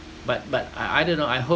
but but I I don't know I hope